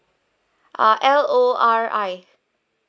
R L O R I